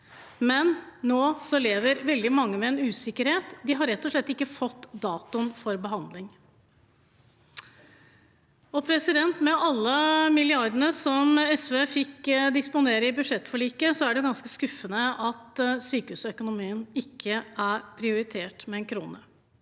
men nå lever veldig mange med usikkerhet. De har rett og slett ikke fått datoen for behandling. Med alle milliardene som SV fikk disponere i budsjettforliket, er det ganske skuffende at sykehusøkonomien ikke er prioritert med en krone.